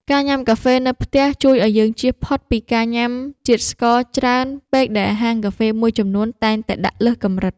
ការញ៉ាំកាហ្វេនៅផ្ទះជួយឱ្យយើងជៀសផុតពីការញ៉ាំជាតិស្ករច្រើនពេកដែលហាងកាហ្វេមួយចំនួនតែងតែដាក់លើសកម្រិត។